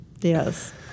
Yes